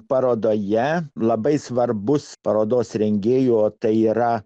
parodoje labai svarbus parodos rengėjų tai yra